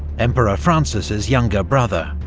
emperor francis's younger brother.